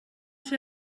fer